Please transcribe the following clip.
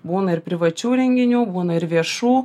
būna ir privačių renginių būna ir viešų